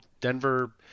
denver